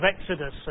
Exodus